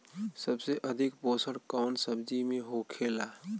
सबसे अधिक पोषण कवन सब्जी में होखेला?